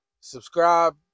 Subscribe